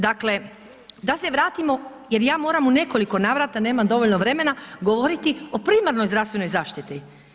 Dakle, da se vratimo jer ja moram u nekoliko navrata nemam dovoljno vremena govoriti o primarnoj zdravstvenoj zaštiti.